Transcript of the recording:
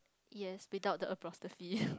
yes without the apostrophe